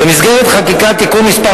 במסגרת חקיקת תיקון מס'